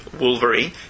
Wolverine